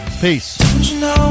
Peace